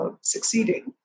succeeding